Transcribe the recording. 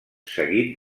seguit